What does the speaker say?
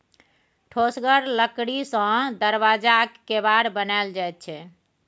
ठोसगर लकड़ी सँ दरबज्जाक केबार बनाएल जाइ छै